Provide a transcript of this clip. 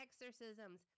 exorcisms